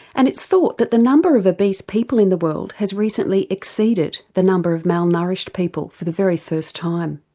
and it's thought that the number of obese people in the world has recently exceeded the number of malnourished people for the very first time.